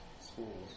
schools